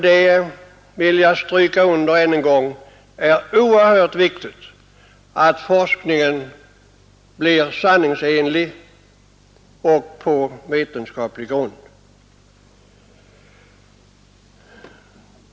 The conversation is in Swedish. Det är oerhört viktigt — det vill jag understryka än en gång — att forskningen blir sanningsenlig och står på vetenskaplig grund.